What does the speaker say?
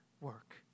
work